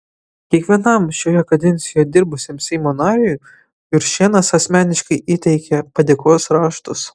kiekvienam šioje kadencijoje dirbusiam seimo nariui juršėnas asmeniškai įteikė padėkos raštus